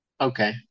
okay